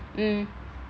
mm